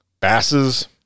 Basses